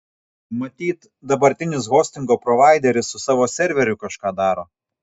matyt dabartinis hostingo provaideris su savo serveriu kažką daro